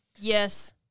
Yes